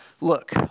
look